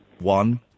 One